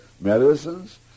medicines